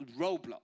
roadblock